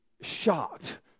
shocked